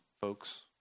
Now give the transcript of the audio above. folks